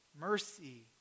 mercy